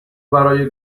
برای